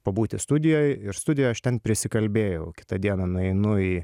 pabūti studijoj ir studijoj aš ten prisikalbėjau kitą dieną nueinu į